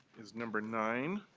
is number nine.